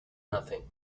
nothing